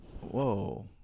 Whoa